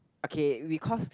okay we caused